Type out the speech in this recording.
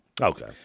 Okay